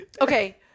Okay